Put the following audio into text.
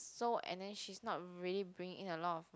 so and then he's not really bringing in a lot of